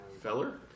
Feller